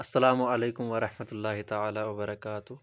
السلامُ علیکم ورحمتہُ للہ تعالیٰ وبرکاتہ